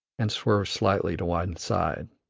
and swerves slightly to one side.